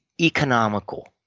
economical